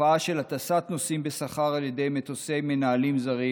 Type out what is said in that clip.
בתופעה של הטסת נוסעים בשכר על ידי מטוסי מנהלים זרים